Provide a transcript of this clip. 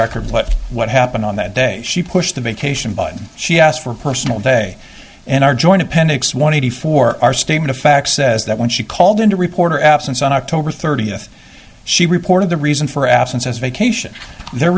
record what what happened on that day she pushed the vacation button she asked for a personal day and our joint appendix one eighty four our statement of fact says that when she called in to reporter absence on october thirtieth she reported the reason for absences vacation their